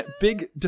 big